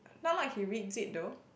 not like he reads it though